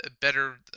better